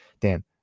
Dan